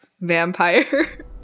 vampire